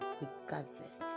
regardless